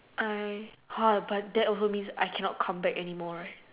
I but that also means I cannot come back anymore right